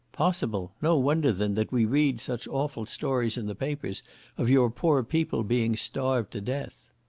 possible! no wonder, then, that we reads such awful stories in the papers of your poor people being starved to death.